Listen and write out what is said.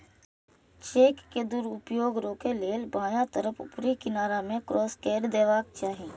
cheque के दुरुपयोग रोकै लेल बायां तरफ ऊपरी किनारा मे क्रास कैर देबाक चाही